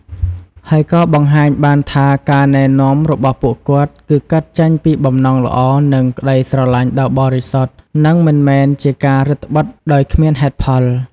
ហើយក៏បង្ហាញបានថាការណែនាំរបស់ពួកគាត់ គឺកើតចេញពីបំណងល្អ និងក្តីស្រឡាញ់ដ៏បរិសុទ្ធ និងមិនមែនជាការរឹតត្បិតដោយគ្មានហេតុផល។